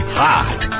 hot